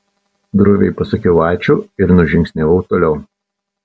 droviai pasakiau ačiū ir nužingsniavau toliau